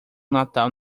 natal